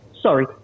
sorry